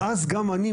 ואז גם אני,